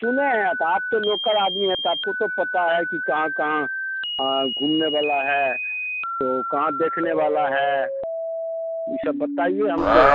सुने हैं तो आप तो लोकल आदमी हैं तो आपको तो पता है कि कहाँ कहाँ घूमने वाला है तो कहाँ देखने वाला है ये सब बताइए हमको